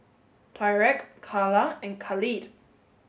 Tyreke Karla and Khalid